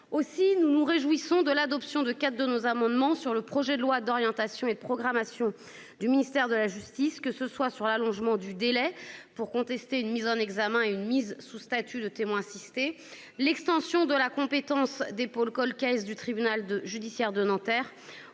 Aussi, nous nous réjouissons de l'adoption de quatre de nos amendements au projet de loi d'orientation et de programmation du ministère de la justice, qu'ils visent l'allongement du délai pour contester une mise en examen et une mise sous statut de témoin assisté, l'extension de la compétence des pôles du tribunal judiciaire de Nanterre